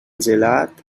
gelat